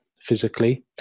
physically